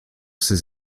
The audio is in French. ses